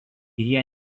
jie